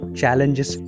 challenges